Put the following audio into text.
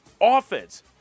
offense